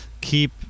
keep